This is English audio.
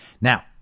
Now